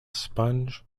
sponge